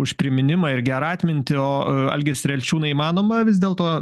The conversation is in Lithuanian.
už priminimą ir gerą atmintį o algi strelčiūnai įmanoma vis dėlto